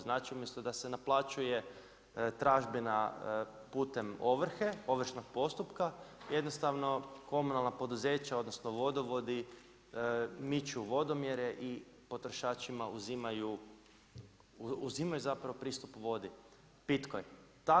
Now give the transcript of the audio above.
Znači umjesto da se naplaćuje tražbina putem ovrhe, ovršnog postupka, jednostavno komunalna poduzeća odnosno vodovodi miču vodomjere i potrošačima uzimaju zapravo pristup pitkoj vodi.